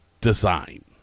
design